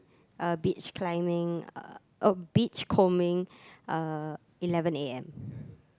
uh beach climing uh oh beach combing uh eleven A_M